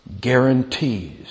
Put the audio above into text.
guarantees